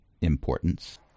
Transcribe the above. importance